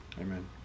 Amen